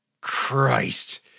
Christ